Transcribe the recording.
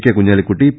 K Kunhalikutty P